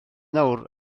nawr